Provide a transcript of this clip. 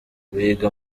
wiga